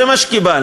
זה מה שקיבלנו.